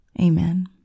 Amen